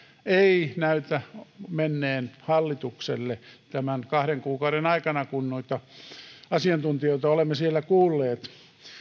ei näytä menneen hallitukselle tämän kahden kuukauden aikana kun noita asiantuntijoita olemme siellä kuulleet